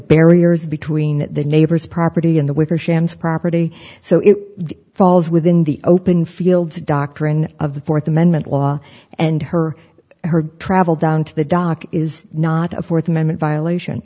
barriers between the neighbor's property and the wickersham property so it falls within the open fields doctrine of the fourth amendment law and her travel down to the dock is not a fourth amendment violation